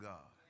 God